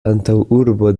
antaŭurbo